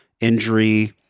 injury